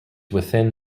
within